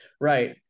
Right